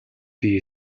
бий